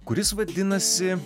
kuris vadinasi